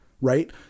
right